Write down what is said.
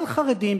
אבל חרדים,